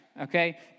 okay